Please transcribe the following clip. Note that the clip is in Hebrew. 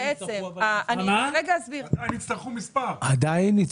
עדיין יצטרכו מספר.